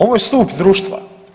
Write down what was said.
Ovo je stup društva.